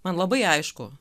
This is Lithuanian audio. man labai aišku